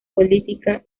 política